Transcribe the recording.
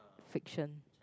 friction